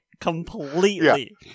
completely